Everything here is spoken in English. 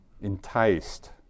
enticed